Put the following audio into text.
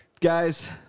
guys